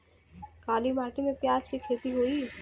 काली माटी में प्याज के खेती होई?